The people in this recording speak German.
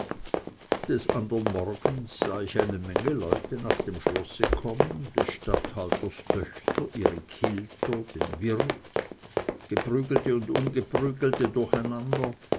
des andern morgens sah ich eine menge leute nach dem schlosse kommen des statthalters töchter ihre kilter den wirt geprügelte und ungeprügelte durcheinander